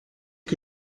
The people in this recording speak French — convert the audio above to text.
que